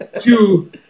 two